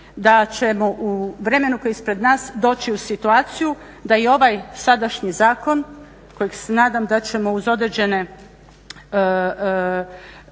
da ćemo u vremenu koje je ispred nas doći u situaciju da i ovaj sadašnji zakon kojeg se nadam da ćemo uz određene